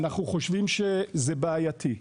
אנחנו חושבים שזה בעייתי.